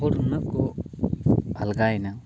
ᱦᱚᱲ ᱱᱩᱱᱟᱹᱜ ᱠᱚ ᱟᱞᱜᱟᱭᱮᱱᱟ